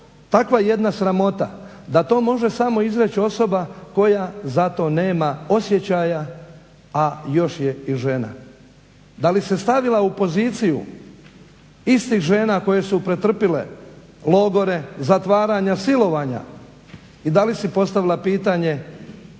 takva jedna sramota da to može samo izreći osoba koja za to nema osjećaja, a još je i žena. Da li se stavila u poziciju istih žena koje su pretrpile logore, zatvaranja, silovanja i da li si je postavila pitanje